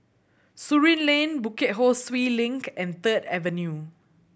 Surin Lane Bukit Ho Swee Link and Third Avenue